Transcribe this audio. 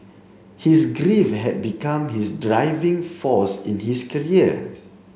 his grief had become his driving force in his career